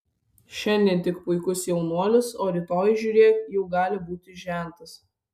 šiandien tik puikus jaunuolis o rytoj žiūrėk jau gali būti žentas